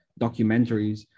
documentaries